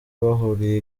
bahuriye